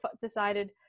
decided